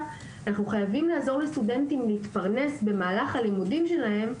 אנחנו חייבים לעזור לסטודנטים להתפרנס במהלך הלימודים שלהם,